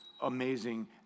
amazing